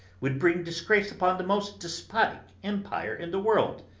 would bring disgrace upon the most despotic empire in the world!